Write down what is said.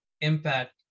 impact